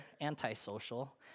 antisocial